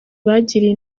bagiriye